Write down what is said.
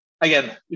Again